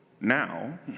Now